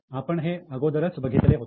आपण हे अगोदरच बघितले होते